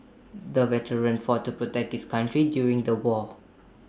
the veteran fought to protect his country during the war